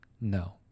no